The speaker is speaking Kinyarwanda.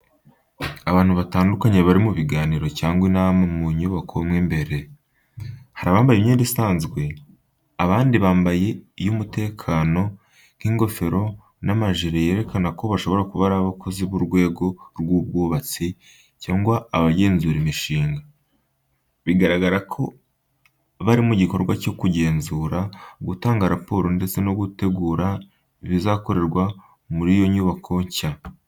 Abantu batandukanye bari mu biganiro cyangwa inama mu nyubako mo imbere. Hari abambaye imyenda isanzwe, abandi bambaye iy’umutekano nk’ingofero n’amajire yerekana ko bashobora kuba abakozi b’urwego rw’ubwubatsi cyangwa abagenzura imishinga. Bigaragara ko bari mu gikorwa cyo kugenzura, gutanga raporo ndetse no gutegura ibizakorerwa muri iyo nyubako nshya.